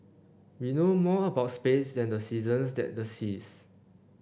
we know more about space than the seasons and the seas